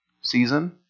season